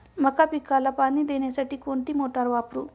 मका पिकाला पाणी देण्यासाठी कोणती मोटार वापरू?